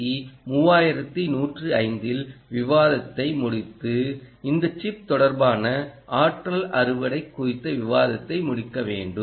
C 3105 இல் விவாதத்தை முடித்து இந்த சிப் தொடர்பான ஆற்றல் அறுவடை குறித்த விவாதத்தை முடிக்க வேண்டும்